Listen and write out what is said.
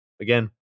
again